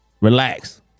Relax